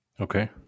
Okay